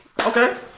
Okay